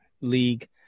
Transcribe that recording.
league